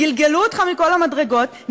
גלגלו אותך מכל המדרגות,